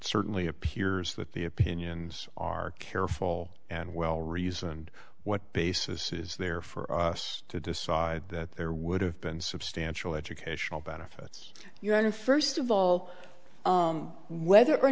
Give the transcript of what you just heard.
certainly appears that the opinions are careful and well reasoned what basis is there for us to decide that there would have been substantial educational benefits your own first of all whether or